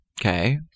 okay